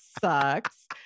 sucks